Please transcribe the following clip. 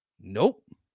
Nope